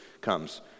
comes